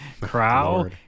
Crow